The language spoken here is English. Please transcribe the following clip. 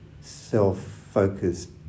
self-focused